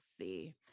see